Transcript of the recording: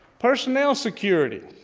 personnel security.